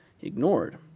ignored